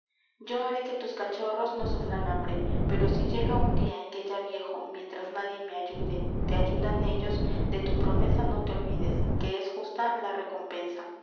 yo haré que tus cachorros no sufran hambre pero si llega un día en que ya viejo mientras nadie me ayude te ayudan ellos de t u promesa no te olvides que es justa la recompensa